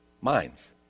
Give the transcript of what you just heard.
minds